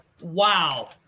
Wow